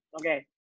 Okay